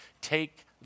Take